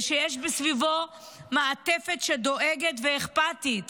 ושיש מסביבו מעטפת דואגת ואכפתית.